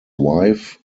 wife